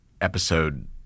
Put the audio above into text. episode